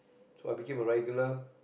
so I became a regular